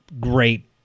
great